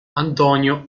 antonio